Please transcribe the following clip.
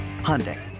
Hyundai